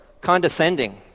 condescending